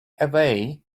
away